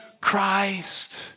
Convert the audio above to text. Christ